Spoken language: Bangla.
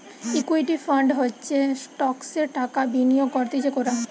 ইকুইটি ফান্ড হচ্ছে স্টকসে টাকা বিনিয়োগ করতিছে কোরা